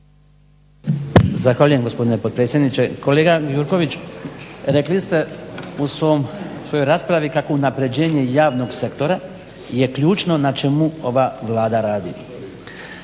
Zahvaljujem gospodine potpredsjedniče. Kolega Gjurković, rekli ste u svojoj raspravi kako unaprjeđenje javnog sektora je ključno na čemu ova Vlada radi.